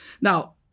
Now